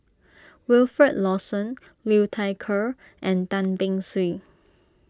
Wilfed Lawson Liu Thai Ker and Tan Beng Swee